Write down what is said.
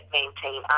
maintain